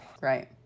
Right